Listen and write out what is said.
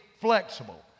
flexible